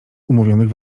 umówionych